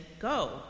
Go